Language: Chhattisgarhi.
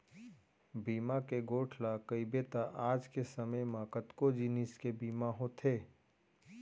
बीमा के गोठ ल कइबे त आज के समे म कतको जिनिस के बीमा होथे